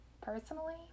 personally